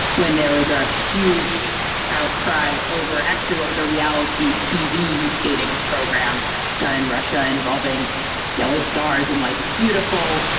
when there was a huge outcry over actually what was our reality tv skating program done in russia involving yellow stars and lights. it's beautiful.